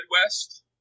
Midwest